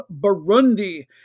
Burundi